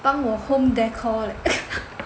帮我 home decor leh